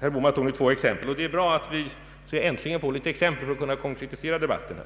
Herr Bohman tog nu två exempel, och det är bra att vi äntligen får exempel för att kunna konkretisera debatten.